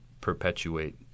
perpetuate